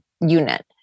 unit